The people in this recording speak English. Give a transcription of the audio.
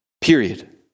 period